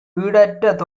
ஈடற்ற